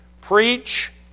Preach